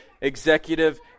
executive